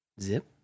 Zip